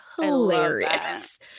hilarious